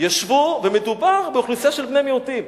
ומדובר באוכלוסייה של בני-מיעוטים,